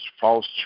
false